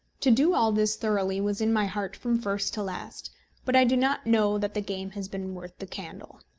to do all this thoroughly was in my heart from first to last but i do not know that the game has been worth the candle.